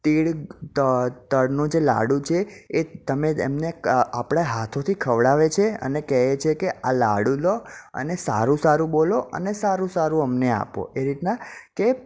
તીળ તળનો જે લાડુ છે એ તમે એમને આપણે હાથોથી ખવડાવે છે અને કહે છે કે આ લાડુ લો અને સારું સારું બોલો અને સારું સારું અમને આપો એ રીતના કે